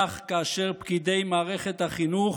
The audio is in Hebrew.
כך, כאשר פקידי מערכת החינוך